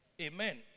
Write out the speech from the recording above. Amen